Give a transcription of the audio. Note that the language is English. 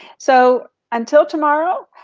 so until tomorrow,